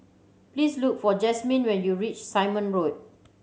please look for Jasmyne when you reach Simon Road